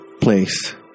place